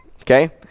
Okay